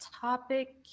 topic